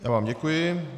Já vám děkuji.